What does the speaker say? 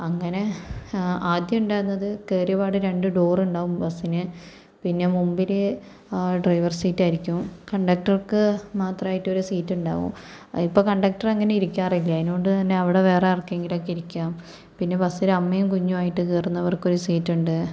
അങ്ങനെ ആദ്യം ഉണ്ടായിരുന്നത് കേറിയ പാട് രണ്ട് ഡോറുണ്ടാവും ബസ്സിന് പിന്നെ മുമ്പില് ഡ്രൈവർ സീറ്റായിരിക്കും കണ്ടക്ടർക്ക് മാത്രായിട്ടൊരു സീറ്റുണ്ടാവും അതിപ്പോൾ കണ്ടക്ടറങ്ങനെ ഇരിക്കാറില്ല അയിനോണ്ട് തന്നെ അവിടെ വേറെ ആർക്കെങ്കിലുമൊക്കെ ഇരിക്കാം പിന്നെ ബസ്സില് അമ്മയും കുഞ്ഞും ആയിട്ട് കയറുന്നവർക്ക് ഒരു സീറ്റുണ്ട്